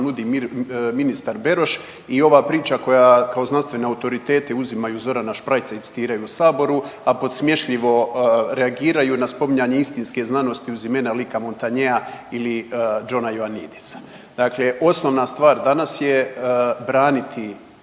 nudi ministar Beroš i ova priča koja kao znanstvene autoritete uzimaju Zorana Šprajca i citiraju u Saboru, a podsmješljivo reagiraju na spominjanje istinske znanosti uz imena lika Montanea ili Johna Joanidisa. Dakle, osnovna stvar danas je braniti